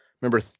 Remember